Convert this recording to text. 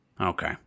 Okay